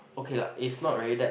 okay lah it's not really that